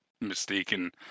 mistaken